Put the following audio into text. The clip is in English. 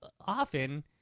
often